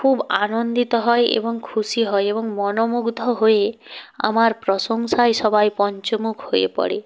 খুব আনন্দিত হয় এবং খুশি হয় এবং মনোমুগ্ধ হয়ে আমার প্রশংসায় সবাই পঞ্চমুখ হয়ে পড়ে